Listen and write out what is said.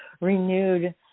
renewed